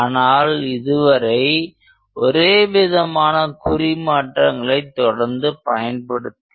ஆனால் இதுவரை ஒரேவிதமான குறி மாற்றங்களை தொடர்ந்து பயன்படுத்தி வருகிறோம்